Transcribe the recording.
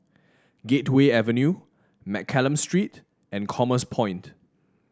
Gateway Avenue Mccallum Street and Commerce Point